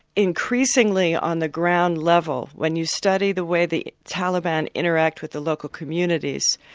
increasingly on the ground level, when you study the way the taliban interact with the local communities,